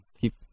keep